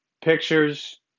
pictures